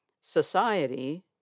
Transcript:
Society